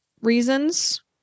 reasons